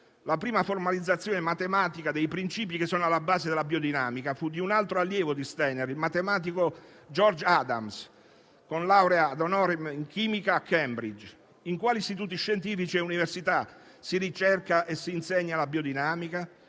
La prima formalizzazione matematica dei principi che sono alla base della biodinamica fu di un altro allievo di Steiner, il matematico George Adams, con laurea *ad honorem* in chimica a Cambridge. In quali istituti scientifici e università si ricerca e si insegna la biodinamica?